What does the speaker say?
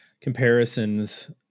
comparisons